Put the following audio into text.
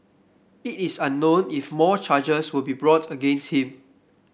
it is unknown if more charges will be brought against him